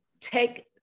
take